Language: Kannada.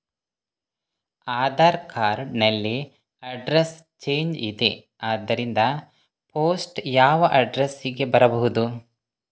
ಆಧಾರ್ ಕಾರ್ಡ್ ನಲ್ಲಿ ಅಡ್ರೆಸ್ ಚೇಂಜ್ ಇದೆ ಆದ್ದರಿಂದ ಪೋಸ್ಟ್ ಯಾವ ಅಡ್ರೆಸ್ ಗೆ ಬರಬಹುದು?